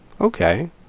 Okay